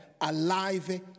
alive